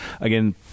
again